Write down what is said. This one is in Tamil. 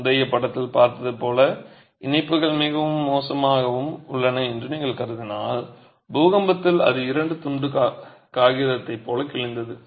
முந்தைய படத்தில் பார்த்தது போல இணைப்புகள் மிகவும் மோசமாக உள்ளன என்று நீங்கள் கருதினால் பூகம்பத்தில் அது ஒரு துண்டு காகிதத்தைப் போல கிழிந்தது